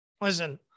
listen